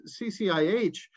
CCIH